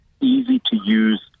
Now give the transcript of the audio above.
easy-to-use